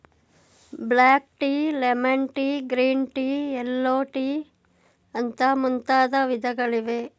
block tea, lemon tea, green tea, yellow tea ಅಂತ ಮುಂತಾದ ವಿಧಗಳಿವೆ